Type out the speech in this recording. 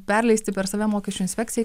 perleisti per save mokesčių inspekcijai